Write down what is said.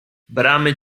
bramy